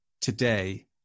today